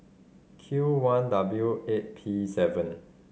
Q one W eight P seven